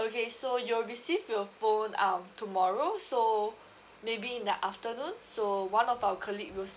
okay so you'll receive your phone um tomorrow so maybe in the afternoon so one of our colleague will